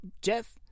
Jeff